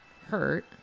hurt